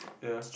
ya